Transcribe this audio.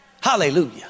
Hallelujah